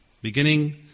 Beginning